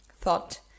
thought